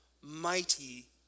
Mighty